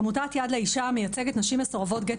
עמותת יד לאישה מייצגת נשים מסורבות גט